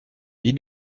ils